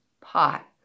pot